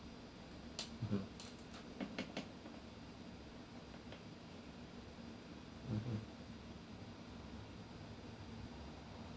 mmhmm mmhmm